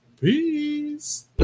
peace